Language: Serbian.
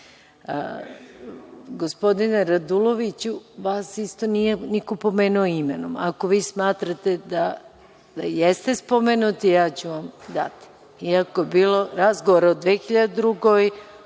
niko. Gospodine Raduloviću, vas isto niko nije pomenuo imenom. Ako vi smatrate da jeste spomenuti, ja ću vam dati reč, iako je bilo razgovora o 2002.